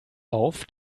auf